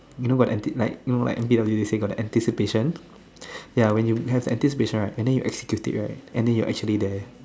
you know got and did like you know like in the presentation got the anticipation ya when you have the anticipation right then you execute it right then you are actually there